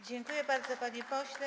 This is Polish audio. Dziękuję bardzo, panie pośle.